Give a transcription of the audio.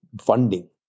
funding